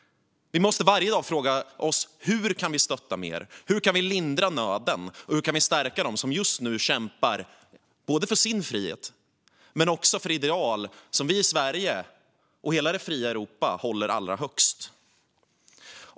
Vi måste varje dag fråga oss hur vi kan vi stötta mer: Hur kan vi lindra nöden, och hur kan vi stärka dem som just nu kämpar för sin frihet och för de ideal som vi i Sverige och hela det fria Europa håller allra högst?